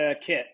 kit